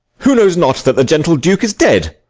who knows not that the gentle duke is dead?